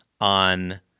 on